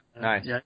Nice